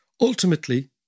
ultimately